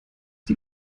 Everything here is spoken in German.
die